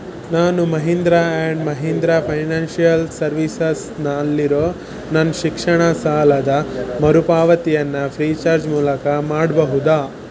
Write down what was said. ನಾನು Mahindra and Mahindra financial ಸರ್ವಿಸಸ್ನಲ್ಲಿರೋ ನನ್ನ ಶಿಕ್ಷಣ ಸಾಲದ ಮರುಪಾವತಿಯನ್ನು ಫ್ರೀಚಾರ್ಜ್ ಮೂಲಕ ಮಾಡಬಹುದಾ